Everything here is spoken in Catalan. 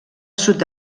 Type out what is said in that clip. sud